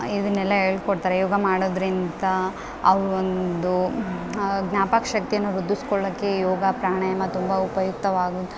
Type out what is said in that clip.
ಇದನ್ನೆಲ್ಲ ಹೇಳ್ಕೊಡ್ತಾರೆ ಯೋಗ ಮಾಡೋದ್ರಿಂದ ಅವು ಒಂದು ಜ್ಞಾಪಕಶಕ್ತಿಯನ್ನು ವೃದ್ಧಿಸ್ಕೊಳ್ಳಕ್ಕೆ ಯೋಗ ಪ್ರಾಣಾಯಾಮ ತುಂಬ ಉಪಯುಕ್ತವಾಗು